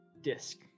disc